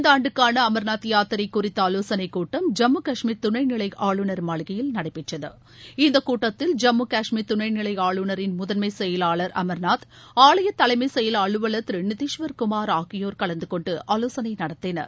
இந்தாண்டுக்கான அமர்நாத் யாத்திரை குறித்த ஆலோசனை கூட்டம் ஜம்மு காஷ்மீர் துணைநிலை ஆளுநர் மாளிகையில் நடைபெற்றது இந்த கூட்டத்தில் ஜம்மு காஷ்மீர் துணைநிலை ஆளுநரின் முதன்மைச் செயலாளர் அர்நாத் ஆலய தலைமை செயல் அலுவலர் திரு நிதிஷ்வர் குமார் ஆகியோர் கலந்து கொண்டு ஆவோசனை நடத்தினர்